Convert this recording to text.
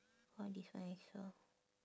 orh this one I saw